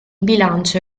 bilancio